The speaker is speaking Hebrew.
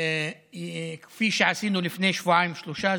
כפי שעשינו לפני שבועיים-שלושה.